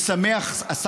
תודה, אדוני.